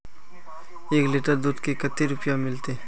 एक लीटर दूध के कते रुपया मिलते?